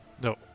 No